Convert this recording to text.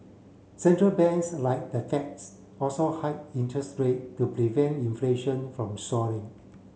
central banks like the Feds also hiked interest rate to prevent inflation from soaring